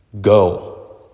Go